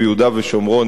אבל היושב-ראש,